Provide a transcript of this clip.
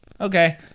okay